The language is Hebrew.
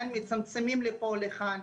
מצמצמים לפה או לכאן,